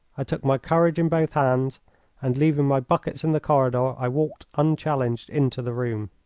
i took my courage in both hands and, leaving my buckets in the corridor, i walked unchallenged into the room.